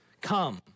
come